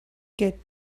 get